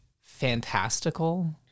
fantastical